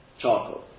charcoal